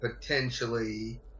potentially